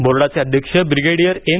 बोर्डाचे अध्यक्ष brigadier M